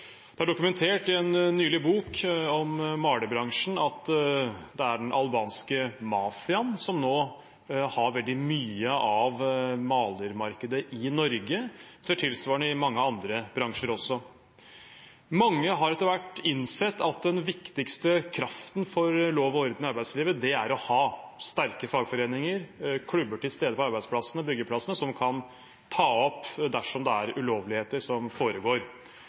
er nylig dokumentert i en bok om malerbransjen at det er den albanske mafiaen som nå har veldig mye av malermarkedet i Norge. En ser tilsvarende i mange andre bransjer også. Mange har etter hvert innsett at den viktigste kraften for lov og orden i arbeidslivet er å ha sterke fagforeninger, klubber til stede på arbeidsplassene, byggeplassene, som kan ta det opp dersom det er ulovligheter som foregår.